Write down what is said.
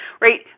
right